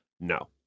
no